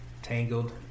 Tangled